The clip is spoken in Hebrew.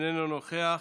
איננו נוכח,